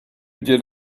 did